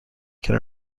can